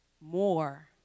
more